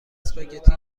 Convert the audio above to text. اسپاگتی